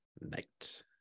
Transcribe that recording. Night